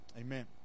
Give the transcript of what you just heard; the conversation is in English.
amen